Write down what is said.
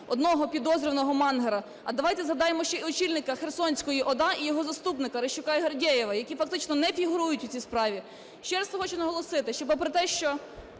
одного підозрюваного Мангера, а давайте згадаємо ще і очільника Херсонської ОДА і його заступника Рищука і Гордєєва, які фактично не фігурують у цій справі. Ще раз хочу наголосити, щоб попри те, що